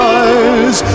eyes